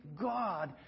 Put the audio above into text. God